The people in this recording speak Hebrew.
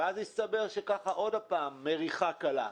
אבל אז הסתבר שיש מריחה קלה.